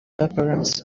appearance